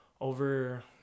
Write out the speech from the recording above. over